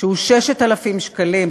שהוא 6,000 שקלים,